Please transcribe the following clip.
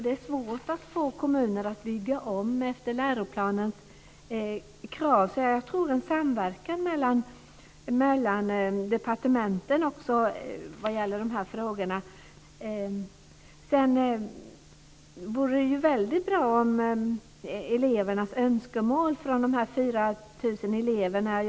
Det är svårt att få kommunerna att bygga om efter läroplanens krav. Jag tror också på en samverkan mellan departementen vad gäller de här frågorna. Det vore väldigt bra om man kunde få en sammanfattande del av de 4 000 elevernas önskemål.